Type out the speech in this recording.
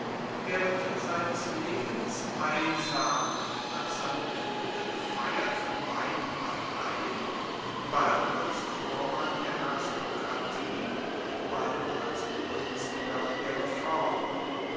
während seines lebens einsam nach seinem tode gefeiert von beiden parteien bald als vormann der aristokratie bald als begünstiger der